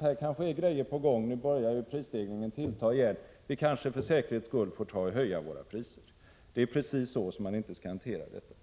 Här är kanske grejor på gång, tänker de, nu börjar prisstegringen tillta igen — vi kanske för säkerhets skull får höja våra priser. Det är precis så som man inte skall hantera detta.